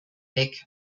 weg